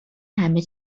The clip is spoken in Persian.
همه